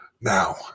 now